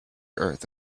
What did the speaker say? earth